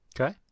okay